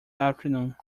afternoon